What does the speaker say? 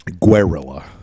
Guerrilla